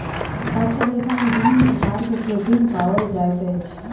पशु रेशा में विभिन्न प्रकार के प्रोटीन पाओल जाइत अछि